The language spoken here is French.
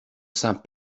saint